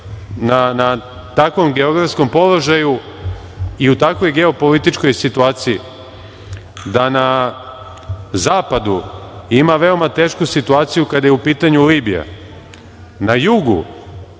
na takvom geografskom položaju i u takvoj geopolitičkoj situaciji da na zapadu ima veoma tešku situaciju kada je u pitanju Libija. Na jugu